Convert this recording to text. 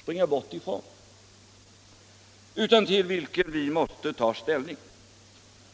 springa bort från utan till vilken vi måste ta ställning.